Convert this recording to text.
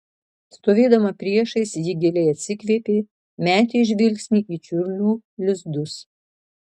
stovėdama priešais ji giliai atsikvėpė metė žvilgsnį į čiurlių lizdus